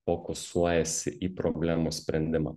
fokusuojasi į problemų sprendimą